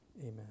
Amen